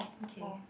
okay